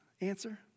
answer